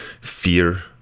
fear